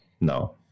no